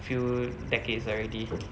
few decades already